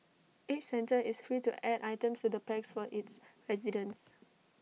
each centre is free to add items to the packs for its residents